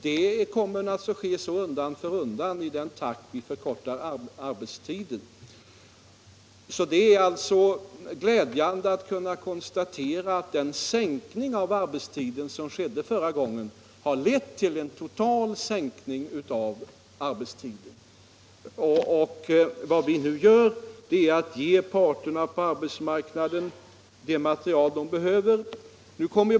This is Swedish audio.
Så kommer att ske undan för undan i den takt vi kan förkorta arbetstiden. Det är glädjande att kunna konstatera att den sänkning av arbetstiden som skedde förra gången har lett till en total sänkning av arbetstiden, och vad vi nu gör är att ge parterna på arbetsmarknaden det material de behöver.